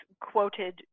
quoted